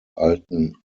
alten